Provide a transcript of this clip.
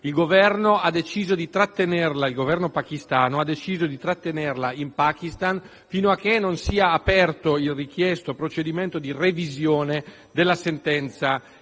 agitati dagli islamisti, il Governo pakistano ha deciso di trattenerla in Pakistan fino a che non sia aperto il richiesto procedimento di revisione della sentenza